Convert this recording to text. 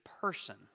person